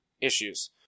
issues